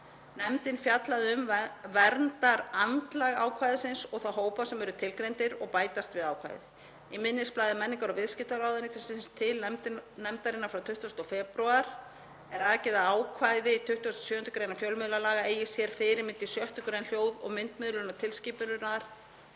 Nefndin fjallaði um verndarandlag ákvæðisins og þá hópa sem eru tilgreindir og bætast við ákvæðið. Í minnisblaði menningar- og viðskiptaráðuneytis til nefndarinnar 20. febrúar 2024 er rakið að ákvæði 27. gr. fjölmiðlalaga eigi sér fyrirmynd í 6. gr. hljóð- og myndmiðlunartilskipunarinnar,